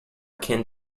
akin